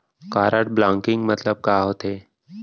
Card blocking मतलब का होथे?